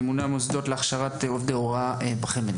ממונה על מוסדות להכשרת עובדי הוראה בחמ"ד,